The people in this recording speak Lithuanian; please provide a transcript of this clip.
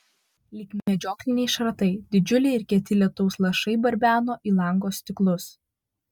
lyg medžiokliniai šratai didžiuliai ir kieti lietaus lašai barbeno į lango stiklus